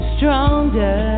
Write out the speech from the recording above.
Stronger